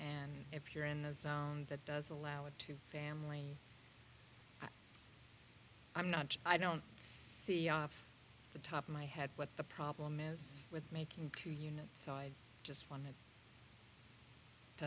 and if you're in the sound that does allow it to family i'm not i don't see off the top of my head but the problem is with making two units i just wanted to